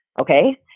okay